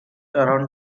around